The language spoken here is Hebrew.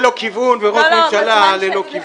זה מטוס ללא כיוון וראש ממשלה ללא כיוון.